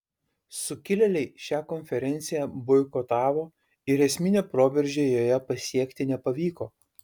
sukilėliai šią konferenciją boikotavo ir esminio proveržio joje pasiekti nepavyko